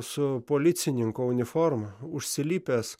su policininko uniforma užsilipęs